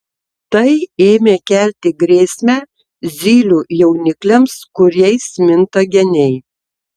tai ėmė kelti grėsmę zylių jaunikliams kuriais minta geniai